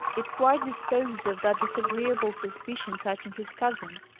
it quite disposed of that disagreeable suspicion touching his cousin.